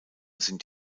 sind